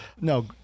No